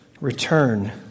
return